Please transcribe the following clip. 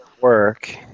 work